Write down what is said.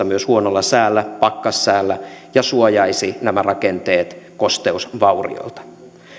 myös huonolla säällä pakkassäällä ja suojaisi nämä rakenteet kosteusvaurioilta